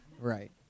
right